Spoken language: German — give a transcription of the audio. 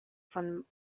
von